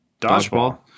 Dodgeball